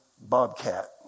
Bobcat